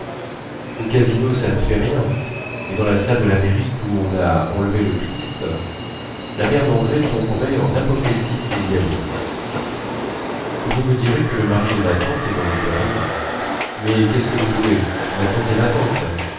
au casino ça ne fait rien mais dans la salle de la mairie d'où on a enlevé le christ la mère d'andrée tomberait en apoplexie si nous y allions vous me direz que le mari de ma tante est dans le gouvernement mais qu'est-ce que vous voulez ma tante est ma tante